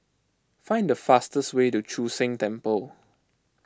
find the fastest way to Chu Sheng Temple